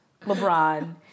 LeBron